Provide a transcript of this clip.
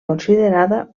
considerada